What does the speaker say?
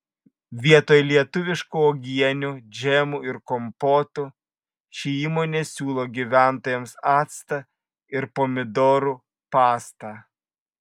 vietoj lietuviškų uogienių džemų ir kompotų ši įmonė siūlo gyventojams actą ir pomidorų pastą